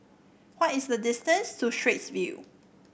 what is the distance to Straits View